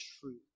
truth